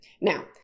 Now